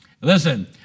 listen